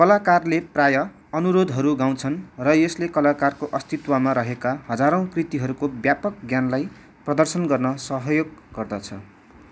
कलाकारले प्राय अनुरोधहरू गाउँछन् र यसले कलाकारको अस्तित्वमा रहेका हजारौँ कृतिहरूको व्यापक ज्ञानलाई प्रदर्शन गर्न सहयोग गर्दछ